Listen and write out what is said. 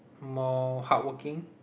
more hardworking